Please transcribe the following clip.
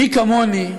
מי כמוני,